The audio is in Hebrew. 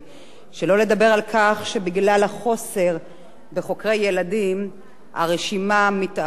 שלא לדבר בכלל שבגלל החוסר בחוקרי ילדים הרשימה מתארכת